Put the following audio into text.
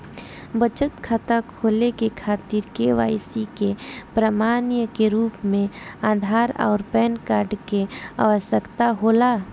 बचत खाता खोले के खातिर केवाइसी के प्रमाण के रूप में आधार आउर पैन कार्ड के आवश्यकता होला